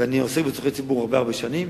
ואני עוסק בצורכי ציבור הרבה הרבה שנים,